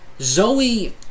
Zoe